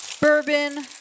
Bourbon